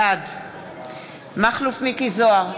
בעד מכלוף מיקי זוהר,